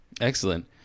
Excellent